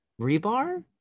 Rebar